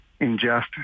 ingest